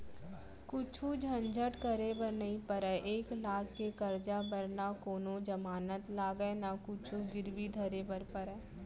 कुछु झंझट करे बर नइ परय, एक लाख के करजा बर न कोनों जमानत लागय न कुछु गिरवी धरे बर परय